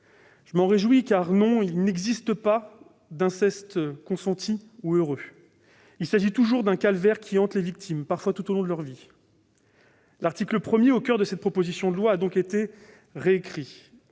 Je m'en réjouis, car, non, il n'existe pas d'inceste consenti ou « heureux »; il s'agit toujours d'un calvaire qui hante les victimes, parfois tout au long de leur vie. L'article 1, au coeur de cette proposition de loi, a donc été récrit.